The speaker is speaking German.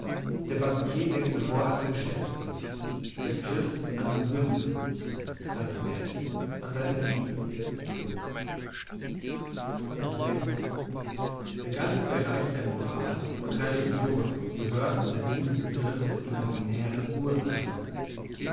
der banquier denkt sofort an's geschäft der christ an die sünde das mädchen an seine liebe der ganze bereich der moral und religion gehört unter diesen begriff der imaginären ursachen